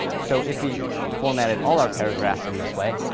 so if we formatted all our paragraphs in this way,